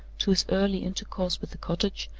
to his early intercourse with the cottage,